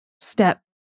step